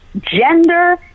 gender